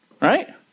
Right